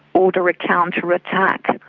order a counter-attack,